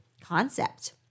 concept